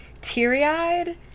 teary-eyed